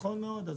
נכון מאוד.